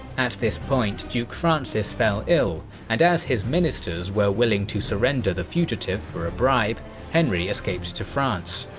at this point duke francis fell ill, and as his ministers were willing to surrender the fugitive for a bribe, so henry escaped to france.